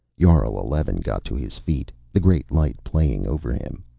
jarl eleven got to his feet, the great light playing over him.